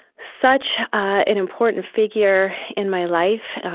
such an important figure in my life.